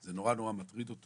זה נורא מטריד אותו